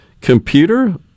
computer